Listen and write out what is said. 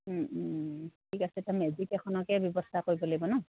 ঠিক আছে তেতিয়া মেজিক এখনকে ব্যৱস্থা কৰিব লাগিব ন